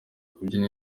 kubyina